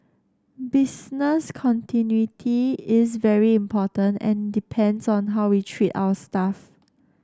business continuity is very important and depends on how we treat our staff